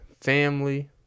family